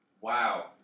Wow